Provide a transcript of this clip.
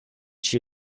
she